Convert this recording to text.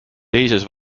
teises